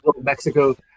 Mexico